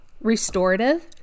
restorative